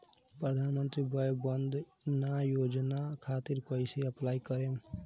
प्रधानमंत्री वय वन्द ना योजना खातिर कइसे अप्लाई करेम?